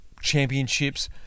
championships